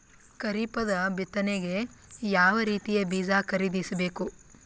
ಖರೀಪದ ಬಿತ್ತನೆಗೆ ಯಾವ್ ರೀತಿಯ ಬೀಜ ಖರೀದಿಸ ಬೇಕು?